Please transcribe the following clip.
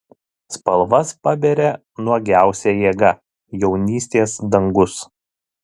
spalvas paberia nuogiausia jėga jaunystės dangus